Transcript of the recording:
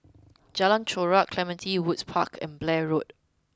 Jalan Chorak Clementi Woods Park and Blair Road